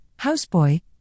houseboy